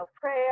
prayer